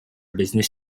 business